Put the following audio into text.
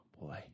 boy